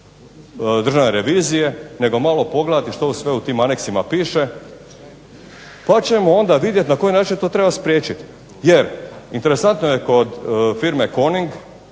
državne revizije, nego malo pogledati što sve u tim aneksima piše, pa ćemo onda vidjeti na koji način to treba spriječiti. Jer interesantno je kod firme Coning